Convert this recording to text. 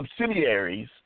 subsidiaries